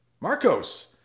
Marcos